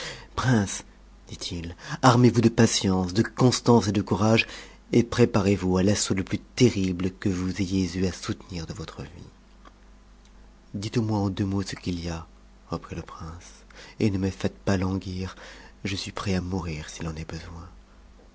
prince dit-il armez-vous de patience de constance et de courage et préparez-vous à l'assaut le plus terrible que vous ayez eu à soutenir de votre vie dites-moi en deux mots ce qu'il y a reprit le prince et ne me faites pas languir je suis prêt à mourir s'il en est besoin